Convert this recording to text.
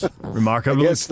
Remarkably